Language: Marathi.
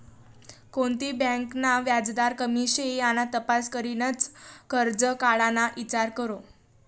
कोणती बँक ना व्याजदर कमी शे याना तपास करीनच करजं काढाना ईचार करो